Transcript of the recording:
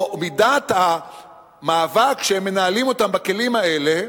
או מידת המאבק שהם מנהלים בכלים האלה